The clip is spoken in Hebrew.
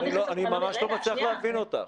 אני ממש לא מצליח להבין אותך.